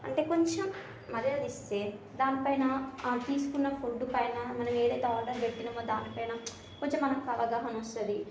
అంటే కొంచెం మర్యాద ఇస్తే దానిపైన ఆ తీసుకున్న ఫుడ్డు పైన మనం ఏదైతే ఆర్డర్ పెట్టినామో దానిపైన కొంచెం మనకు అవగాహన వస్తుంది